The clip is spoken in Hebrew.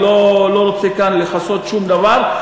אני לא רוצה כאן לכסות שום דבר,